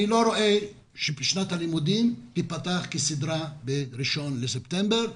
אני לא רואה ששנת הלימודים תיפתח כסדרה ב-1 בספטמבר.